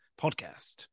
podcast